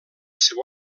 seu